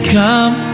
come